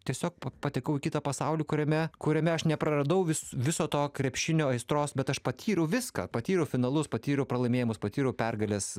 tiesiog patekau į kitą pasaulį kuriame kuriame aš nepraradau vis viso to krepšinio aistros bet aš patyriau viską patyriau finalus patyriau pralaimėjimus patyriau pergales